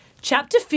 Chapter